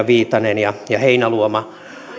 viitanen ja heinäluoma